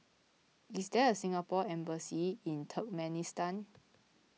is there a Singapore Embassy in Turkmenistan